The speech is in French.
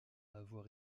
avoir